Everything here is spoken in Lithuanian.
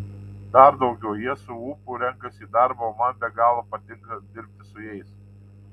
dar daugiau jie su ūpu renkasi į darbą o man be galo patinka dirbti su jais